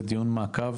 זה דיון מעקב